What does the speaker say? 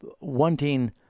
wanting